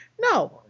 No